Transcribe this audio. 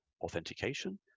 authentication